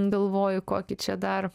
galvoju kokį čia dar